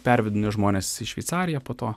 pervedinėjo žmones į šveicariją po to